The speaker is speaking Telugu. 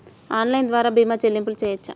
ఆన్లైన్ ద్వార భీమా చెల్లింపులు చేయవచ్చా?